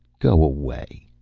go away.